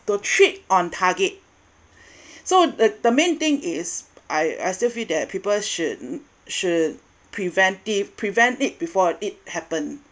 to treat on target so the the main thing is I I still feel that people should should preventive prevent it before it happened